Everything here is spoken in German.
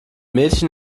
mädchen